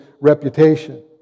reputation